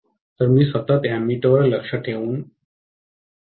तर मी सतत एमीटरवर लक्ष ठेवून रहावे लागेल